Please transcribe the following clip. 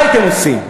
מה הייתם עושים?